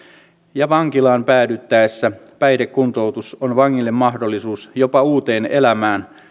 ja vankilaan päädyttäessä päihdekuntoutus on vangille mahdollisuus jopa uuteen elämään